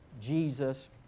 Jesus